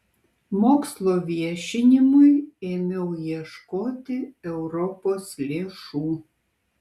mokslo viešinimui ėmiau ieškoti europos lėšų